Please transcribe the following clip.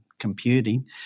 computing